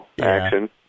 action